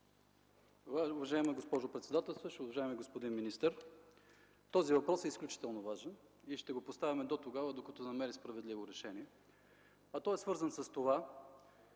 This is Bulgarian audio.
Уважаема госпожо председателстващ, уважаеми господин министър! Този въпрос е изключително важен и ще го поставяме дотогава, докато намери справедливо решение. Той е свързан с това: